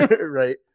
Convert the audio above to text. right